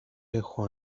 έχω